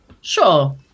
sure